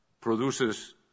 produces